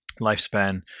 lifespan